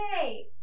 hey